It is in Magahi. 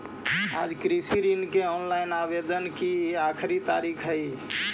आज कृषि ऋण के ऑनलाइन आवेदन की आखिरी तारीख हई